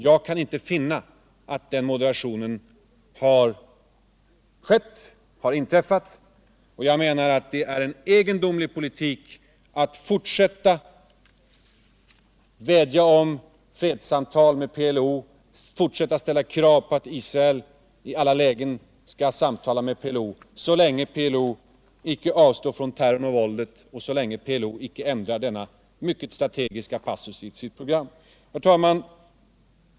Jag kan inte finna att den moderationen har inträffat, och jag menar att det är en egendomlig politik att fortsätta att ställa krav på att Israel i alla lägen skall föra fredssamtal med PLO så länge PLO icke avstår från terrorn och våldet och icke ändrar denna mycket strategiska passus i sitt program. Herr talman!